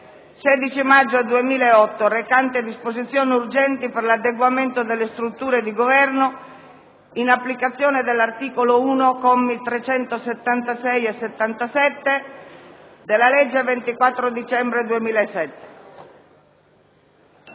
16 maggio 2008, n. 85, recante disposizioni urgenti per l'adeguamento delle strutture di Governo in applicazione dell'articolo 1, commi 376 e 377, della legge 24 dicembre 2007,